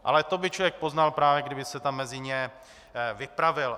Ale to by člověk poznal, právě kdyby se tam mezi ně vypravil.